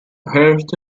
heart